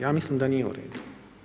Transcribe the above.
Ja mislim da nije u redu.